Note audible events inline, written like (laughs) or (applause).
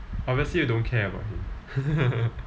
obviously you don't care about him (laughs)